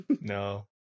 no